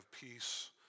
peace